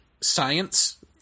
science